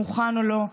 מוכן או לא,